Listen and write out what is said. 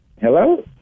Hello